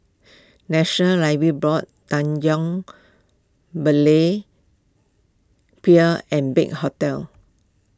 National Library Board Tanjong Berlayer Pier and Big Hotel